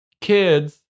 kids